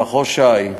במחוז ש"י: